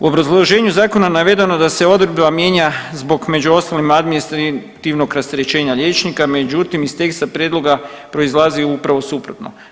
U obrazloženju Zakona navedeno da se odredba mijenja zbog, među ostalim, administrativnog rasterećenja liječnika, međutim, iz teksta prijedloga proizlazi upravo suprotno.